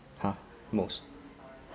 !huh! most